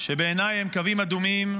שבעיניי הן קווים אדומים,